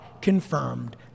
confirmed